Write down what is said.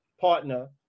partner